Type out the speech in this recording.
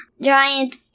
giant